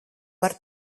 par